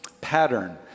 pattern